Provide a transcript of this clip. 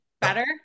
better